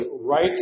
right